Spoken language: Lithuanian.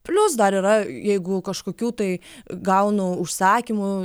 plius dar yra jeigu kažkokių tai gaunu užsakymų